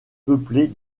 peuplée